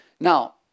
Now